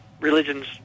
religions